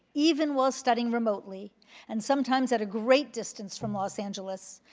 even while studying remotely and sometimes at a great distance from los angeles,